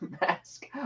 mask